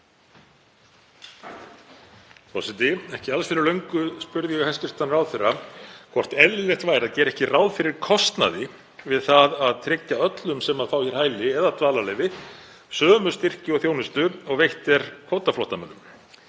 Forseti. Ekki alls fyrir löngu spurði ég hæstv. ráðherra hvort eðlilegt væri að gera ekki ráð fyrir kostnaði við það að tryggja öllum sem hér fá hæli eða dvalarleyfi sömu styrki og þjónustu og veitt er kvótaflóttamönnum.